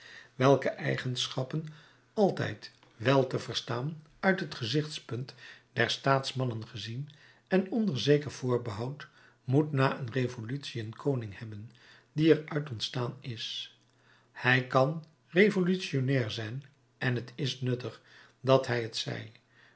welke eigenschappen altijd wel te verstaan uit het gezichtspunt der staatsmannen gezien en onder zeker voorbehoud moet na een revolutie een koning hebben die er uit ontstaan is hij kan revolutionnair zijn en t is nuttig dat hij het zij